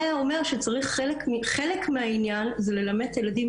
זה אומר שחלק מהעניין זה ללמד את הילדים